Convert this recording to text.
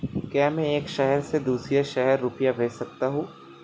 क्या मैं एक शहर से दूसरे शहर रुपये भेज सकती हूँ?